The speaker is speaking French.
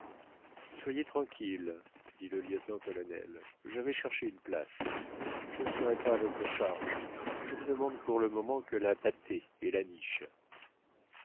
soyez tranquilles dit le lieutenant-colonel je vais chercher une place je ne serai pas à votre charge je ne demande pour le moment que la pâtée et la niche